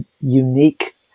unique